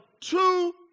two